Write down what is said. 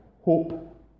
hope